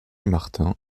martin